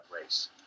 race